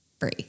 free